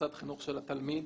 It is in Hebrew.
מוסד החינוך של התלמיד.